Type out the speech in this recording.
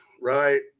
right